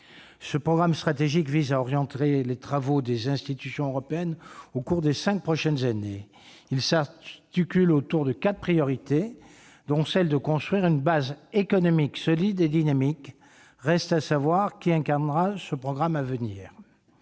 Ce programme stratégique vise à orienter les travaux des institutions européennes au cours des cinq prochaines années. Il s'articule autour de quatre priorités, dont celle de construire une « base économique solide et dynamique »; reste à savoir qui l'incarnera. Ce programme